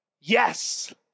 Yes